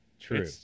true